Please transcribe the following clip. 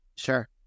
Sure